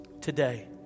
today